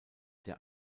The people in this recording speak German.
der